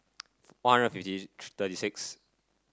One Hundred fifty thirty sixth